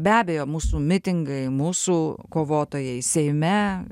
be abejo mūsų mitingai mūsų kovotojai seime